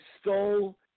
stole